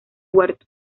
huerto